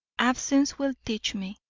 absence will teach me,